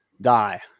die